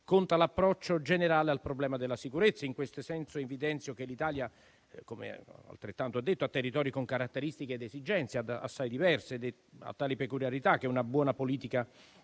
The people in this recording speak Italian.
conta l'approccio generale al problema della sicurezza. In questo senso evidenzio che l'Italia, com'è stato detto, ha territori con caratteristiche ed esigenze assai diverse. A tali peculiarità una buona politica